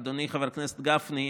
אדוני חבר הכנסת גפני,